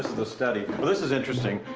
the study. well, this is interesting.